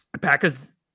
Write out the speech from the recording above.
Packers